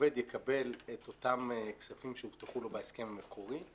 העובד יקבל את אותם כספים שהובטחו לו בהסכם המקורי.